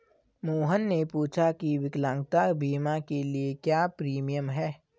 मोहन ने पूछा की विकलांगता बीमा के लिए क्या प्रीमियम है?